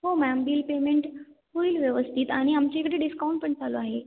हो ma'am bill payment होईल व्यवस्थित आणि आमच्या इकडे डिस्काउंट पण चालू आहे